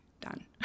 done